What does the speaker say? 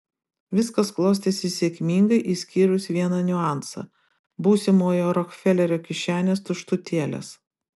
viskas klostėsi sėkmingai išskyrus vieną niuansą būsimojo rokfelerio kišenės tuštutėlės